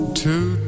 two